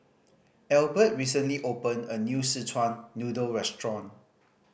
Albert recently opened a new Szechuan Noodle restaurant